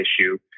issue